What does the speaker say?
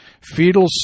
fetal